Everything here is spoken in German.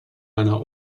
einer